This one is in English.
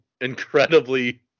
incredibly